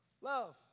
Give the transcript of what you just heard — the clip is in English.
Love